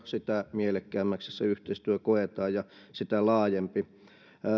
sitä mielekkäämmäksi yhteistyö koetaan ja sitä laajempi